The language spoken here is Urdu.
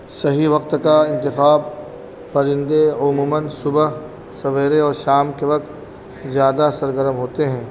صحیح وقت کا انتخاب پرندے عموماً صبح سویرے اور شام کے وقت زیادہ سرگرم ہوتے ہیں